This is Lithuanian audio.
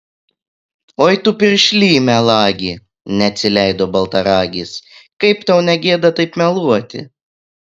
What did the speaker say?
oi tu piršly melagi neatsileido baltaragis kaip tau ne gėda taip meluoti